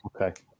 Okay